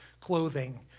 clothing